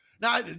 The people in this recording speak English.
Now